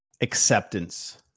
Acceptance